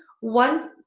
one